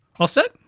all set?